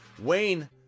Wayne